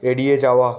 এড়িয়ে যাওয়া